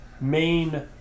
main